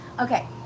okay